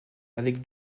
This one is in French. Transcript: avec